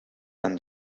and